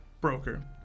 Broker